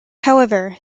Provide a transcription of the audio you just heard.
however